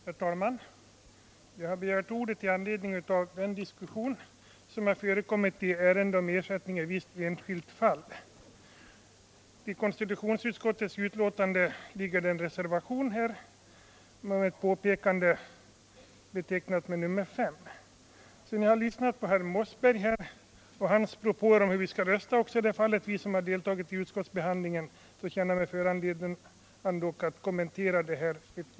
Herr talman! Jag har begärt ordet i anledning av den diskussion som har förekommit i avsnittet Ersättning i visst enskilt fall. Vid konstitutionsutskottets betänkande är en reservation fogad, vilken har beteckningen nr 5. Sedan jag här lyssnat på herr Mossberg och hans propåer om hur vi skall rösta i det fallet — också vi som har deltagit i ärendets behandling i socialförsäkringsutskottet — känner jag mig föranlåten att något kommentera denna sak.